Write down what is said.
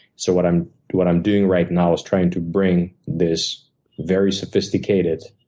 so what i'm what i'm doing right now is trying to bring this very sophisticated,